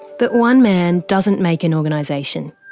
but one man doesn't make an organisation,